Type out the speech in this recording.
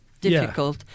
difficult